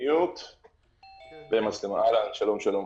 שלום, שלום.